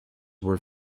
were